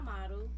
model